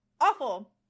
awful